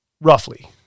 roughly